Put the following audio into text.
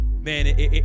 man